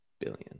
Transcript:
billion